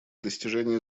достижения